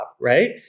right